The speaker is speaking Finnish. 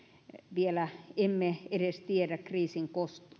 vielä emme edes tiedä kriisin